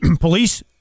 police